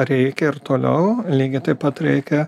reikia ir toliau lygiai taip pat reikia